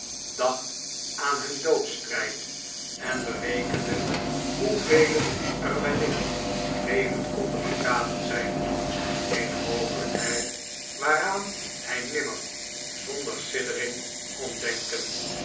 dacht aan nun doodsstrijd en berekende hoevelen er wellicht levend konden begraven zijn eene mogelijkheid waaraan hij nimmer zonder siddering kon denken